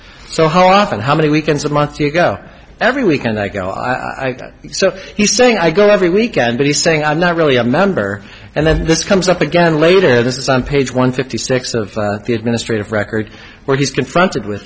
so how often how many weekends a month you go every week and i go i get so he's saying i go every weekend but he's saying i'm not really a member and then this comes up again later this is some page one fifty six of the administrative record where he's confronted with